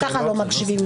גם ככה לא מקשיבים.